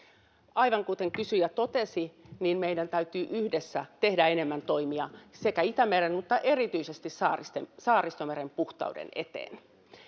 aivan kuten kysyjä totesi niin meidän täytyy yhdessä tehdä enemmän toimia sekä itämeren mutta erityisesti saaristomeren saaristomeren puhtauden eteen